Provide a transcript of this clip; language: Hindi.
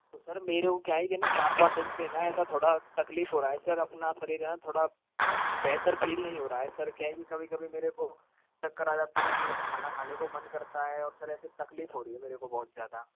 तो सर मेरे को क्या है कि ना चार पाँच दिन से ना ऐसा थोड़ा तकलीफ हो रहा है सर अपना शरीर है ना थोड़ा बेहतर फील नहीं हो रहा है सर क्या है कि कभी कभी मेरे को चक्कर आ जाते है ना ही खाना खाने को मन करता है और फिर ऐसे तकलीफ हो रही है मेरे को बहुत ज़्यादा